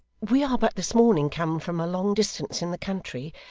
we are but this morning come from a long distance in the country,